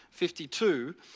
52